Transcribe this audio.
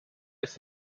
ist